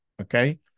Okay